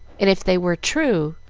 and if they were true,